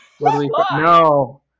No